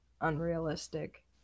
unrealistic